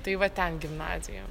tai va ten gimnazija